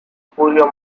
julio